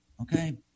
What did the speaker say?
Okay